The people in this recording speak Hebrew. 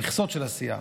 כבר במכסות של הסיעה,